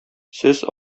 сез